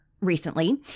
recently